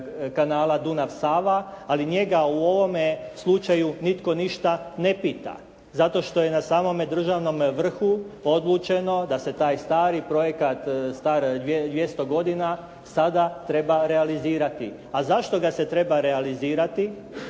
kanala Dunav-Sava ali njega u ovome slučaju nitko ništa ne pita zato što je na samome državnom vrhu odlučeno da se taj stari projekat star 200 godina sada treba realizirati. A zašto ga se treba realizirati